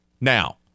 now